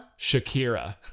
Shakira